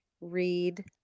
read